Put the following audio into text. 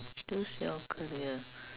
choose your career